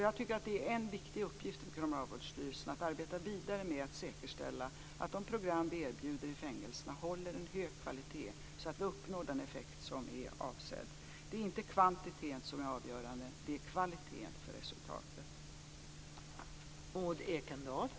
Jag tycker att det är en viktig uppgift för Kriminalvårdsstyrelsen att arbeta vidare med att säkerställa att de program vi erbjuder i fängelserna håller en hög kvalitet så att vi uppnår den effekt som är avsedd. Det är inte kvantiteten som är avgörande för resultatet, det är kvaliteten.